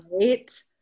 Right